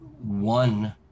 one